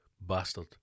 bastard